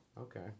okay